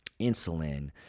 insulin